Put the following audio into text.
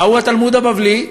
מהו התלמוד הבבלי?